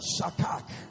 shakak